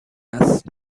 است